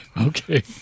Okay